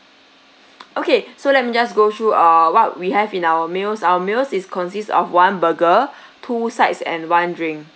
okay so let me just go through err what we have in our meals our meals is consist of one burger two sides and one drink